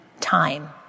time